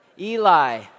Eli